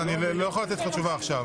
אני לא יכול לתת לך תשובה עכשיו.